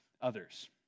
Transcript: others